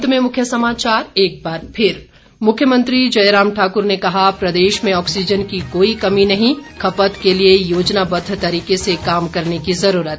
अंत में मुख्य समाचार एक बार फिर मुख्यमंत्री जयराम ठाकुर ने कहा प्रदेश में ऑक्सीज़न की कोई कमी नहीं खपत के लिए योजनाबद्द तरीके से काम करने की ज़रूरत